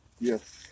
Yes